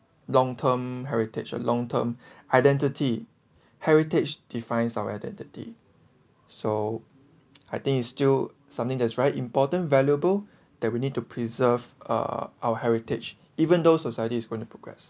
long term heritage a long term identity heritage defines our identity so I think it's still something that is very important valuable that we need to preserve uh our heritage even though society is going to progress